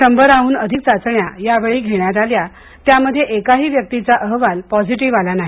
शंभराहून अधिक चाचण्या या वेळी घेण्यात आल्या त्यामध्ये एकाही व्यक्तीचा अहवाल पॉझिटिव्ह आला नाही